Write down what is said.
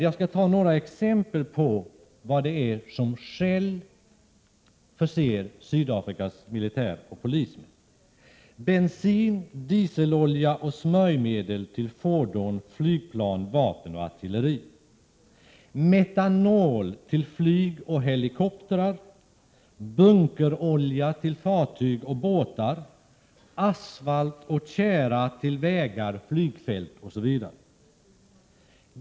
Jag skall nämna några exempel på vad Shell förser Sydafrikas militär och polis med: Man levererar bensin, dieselolja och smörjmedel till fordon, flygplan, vapen och artilleri. Man levererar metanol till flyg och helikoptrar, bunkerolja till fartyg och båtar, asfalt och tjära till vägar, flygfält osv.